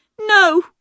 No